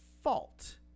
fault